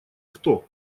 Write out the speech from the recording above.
кто